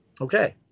Okay